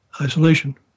isolation